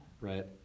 right